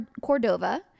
Cordova